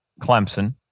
Clemson